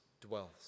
dwells